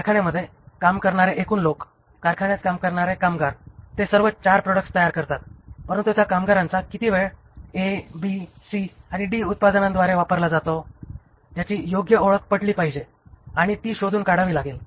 कारख्यान्यामध्ये काम करणारे एकूण लोक कारख्यान्यात काम करणारे कामगार ते सर्व 4 प्रॉडक्ट्स तयार करतात परंतु त्या कामगारांचा किती वेळ ए बी सी आणि डी उत्पादनाद्वारे वापरला जातो ज्याची योग्य ओळख पटली पाहिजे आणि ती शोधून काढावी लागेल